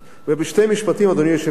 בשני משפטים, אדוני היושב-ראש,